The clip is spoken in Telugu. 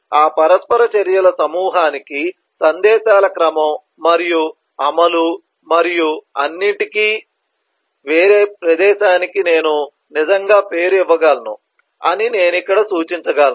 అంటే ఆ పరస్పర చర్యల సమూహానికి సందేశాల క్రమం మరియు అమలు మరియు అన్నింటికీ మరియు వేరే ప్రదేశానికి నేను నిజంగా పేరు ఇవ్వగలను అని నేను ఇక్కడ సూచించగలను